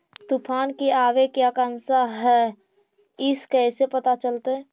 तुफान के आबे के आशंका है इस कैसे पता चलतै?